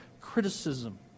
criticism